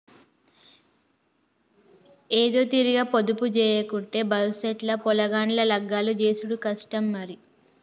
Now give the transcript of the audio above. ఏదోతీరుగ పొదుపుజేయకుంటే బవుసెత్ ల పొలగాండ్ల లగ్గాలు జేసుడు కష్టం మరి